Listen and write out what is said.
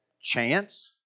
Chance